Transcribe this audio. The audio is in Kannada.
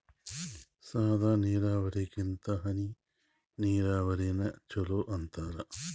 ಸಾದ ನೀರಾವರಿಗಿಂತ ಹನಿ ನೀರಾವರಿನ ಚಲೋ ಅಂತಾರ